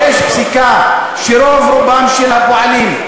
יש פסיקה שרוב-רובם של הפועלים,